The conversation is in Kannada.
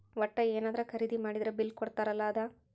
ವಟ್ಟ ಯೆನದ್ರ ಖರೀದಿ ಮಾಡಿದ್ರ ಬಿಲ್ ಕೋಡ್ತಾರ ಅಲ ಅದ